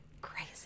crazy